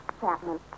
Chapman